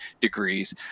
degrees